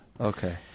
Okay